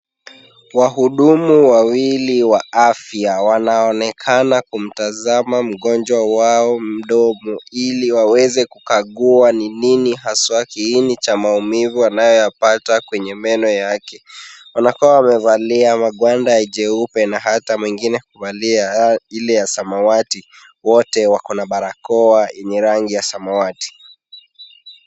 Wahudumu wawili wa afya wanaonekana kumtazama mgonjwa wao mdomo ili waweze kukagua ni nini haswa kiini cha maumivu anayopata kwenye meno yake. Wanakuwa wamevalia magwanda ya jeupe na hata mwengine kuvalia Ile ya samawati. Wote wako na barakoa yenye rangi ya samawati.